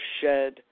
shed